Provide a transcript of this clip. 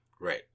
Right